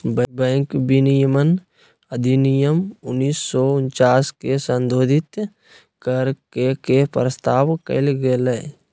bank विनियमन अधिनियम उन्नीस सौ उनचास के संशोधित कर के के प्रस्ताव कइल गेलय